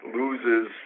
loses